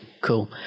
cool